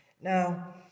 Now